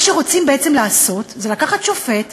מה שרוצים בעצם לעשות זה לקחת שופט